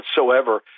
whatsoever